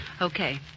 Okay